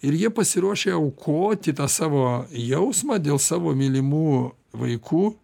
ir jie pasiruošę aukoti tą savo jausmą dėl savo mylimų vaikų